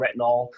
retinol